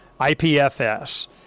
IPFS